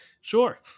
Sure